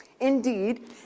Indeed